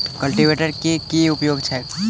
Cultivator केँ की उपयोग छैक?